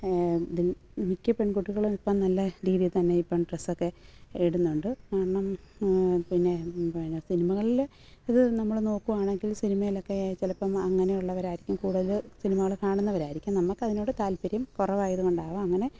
ഇത് മിക്ക പെൺകുട്ടികളും ഇപ്പം നല്ല രീതിയിൽ തന്നെ ഇപ്പോൾ ഡ്രെസ്സൊക്കെ ഇടുന്നുണ്ട് കാരണം പിന്നെ പിന്നെ സിനിമകളിൽ ഇത് നമ്മൾ നോക്കുകയാണെങ്കിൽ സിനിമയിലൊക്കെ ചിലപ്പോൾ അങ്ങനെ ഉള്ളവരായിരിക്കും കൂടുതൽ സിനിമകൾ കാണുന്നവരായിരിക്കും നമ്മൾക്കതിനോട് താല്പര്യം കുറവായതുകൊണ്ടാവാം അങ്ങനെ